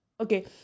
Okay